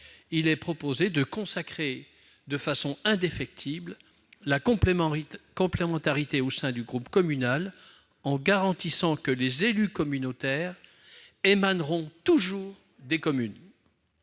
il est proposé de consacrer de façon indéfectible la complémentarité au sein du groupe communal, en prévoyant que les élus communautaires émaneront toujours des communes.